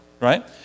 right